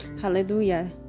hallelujah